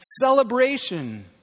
Celebration